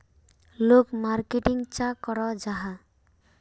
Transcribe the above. लोग मार्केटिंग चाँ करो जाहा?